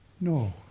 No